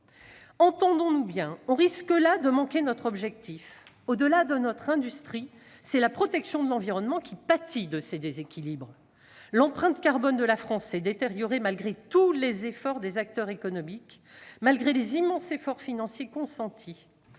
Entendons-nous bien : nous risquons là de manquer notre objectif ! Au-delà de notre industrie, c'est la protection de l'environnement qui pâtit de ces déséquilibres. L'empreinte carbone de la France s'est détériorée malgré tous les efforts des acteurs économiques, malgré les immenses efforts financiers consentis.